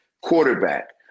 quarterback